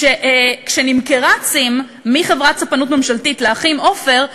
כשנמכרה "צים" מחברת ספנות ממשלתית ל"אחים עופר",